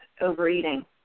overeating